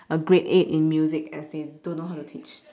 a grade eight in music and they don't know how to teach